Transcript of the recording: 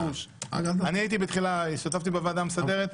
חבר הכנסת פרוש, אני השתתפתי בוועדה המסדרת,